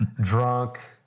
drunk